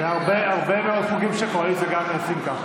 בהרבה מאוד חוקים של הקואליציה גם עושים כך.